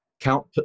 Count